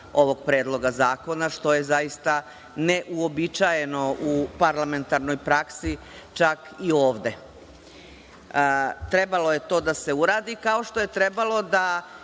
ovog Predloga zakona, što je zaista neuobičajeno u parlamentarnoj praksi, čak i ovde. Trebalo je to da se uradi, kao što je trebalo da